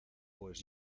pues